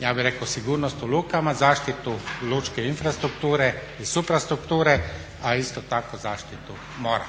pojačate sigurnost u lukama, zaštitu lučke infrastrukture i suprastrukture, a isto tako zaštitu mora.